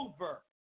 over